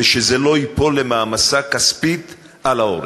ושזה לא ייפול למעמסה כספית על ההורים.